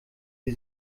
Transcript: sie